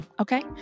okay